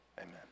amen